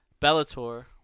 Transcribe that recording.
Bellator